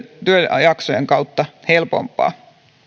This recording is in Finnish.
työjaksojen kautta on helpompaa